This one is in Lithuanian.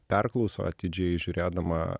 perklauso atidžiai žiūrėdama